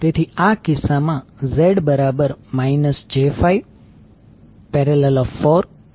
તેથી આ કિસ્સામાં Z j5||42